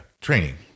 Training